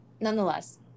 nonetheless